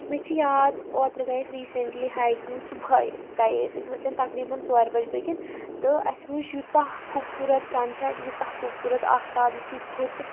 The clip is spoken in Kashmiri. مےٚ چھِ یاد اوترٕ گٔے اسہِ ریٖسنٛٹلی ہایکِنٛگ صُبحٲے گٔے أسۍ أسۍ ؤتھِن تقریٖبن ژورِ بَجہِ بٲگٮ۪ن تہٕ اَسہِ وُچھ یوٗتاہ خوٗبصوٗرت سَن سٮ۪ٹ یوٗتاہ خوٗبصوٗرت آختاب یُتھُے کھوٚت